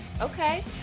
Okay